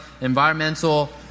environmental